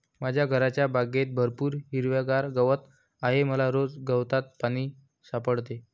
माझ्या घरच्या बागेत भरपूर हिरवागार गवत आहे मला रोज गवतात पाणी सापडते